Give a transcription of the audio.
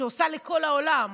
שעושה לכל העולם,